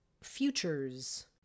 futures